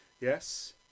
Yes